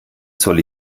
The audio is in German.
soll